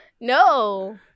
no